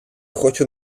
хочу